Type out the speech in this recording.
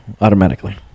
automatically